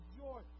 joy